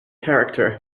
character